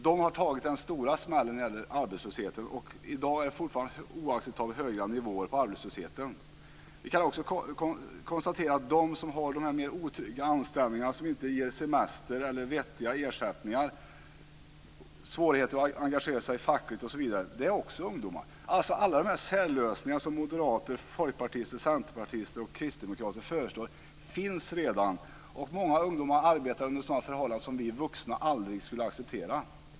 De har tagit den stora smällen när det gäller arbetslöshet. Nivåerna på arbetslösheten är i dag fortfarande oacceptabla. De som har otrygga anställningar som inte ger semester eller vettiga ersättningar och medför svårigheter att engagera sig fackligt är också ungdomar. Alla de särlösningar som moderater, folkpartister, centerpartister och kristdemokrater föreslår finns redan, och många ungdomar arbetar under sådana förhållanden som vi vuxna aldrig skulle acceptera.